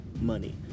money